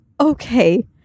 Okay